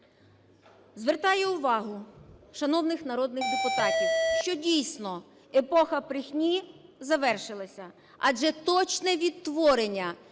Звертаю увагу шановних народних депутатів, що, дійсно, епоха брехні завершилася. Адже точне відтворення,